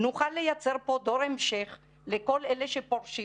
נוכל לייצר פה דור המשך לכל אלה שפורשים